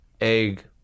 egg